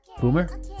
Boomer